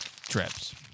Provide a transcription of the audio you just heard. trips